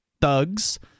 thugs